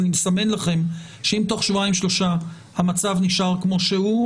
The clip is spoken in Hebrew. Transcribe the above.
אני מסמן לכם שאם תוך שבועיים-שלושה המצב נשאר כמו שהוא,